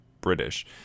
British